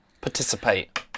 Participate